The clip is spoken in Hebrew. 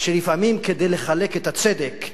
שלפעמים כדי לחלק את הצדק,